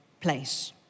place